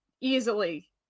easily